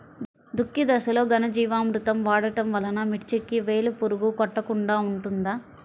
దుక్కి దశలో ఘనజీవామృతం వాడటం వలన మిర్చికి వేలు పురుగు కొట్టకుండా ఉంటుంది?